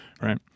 right